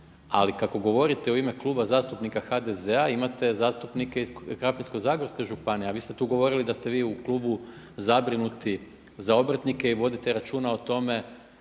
Ali kako govorite u ime Kluba zastupnika HDZ-a imate zastupnike iz Krapinsko-zagorske županije, a vi ste tu govorili da ste vi u klubu zabrinuti za obrtnike i vodite računa o tome